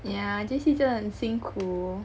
yeah J_C 真的很辛苦